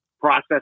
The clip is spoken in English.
process